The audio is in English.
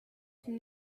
from